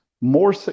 more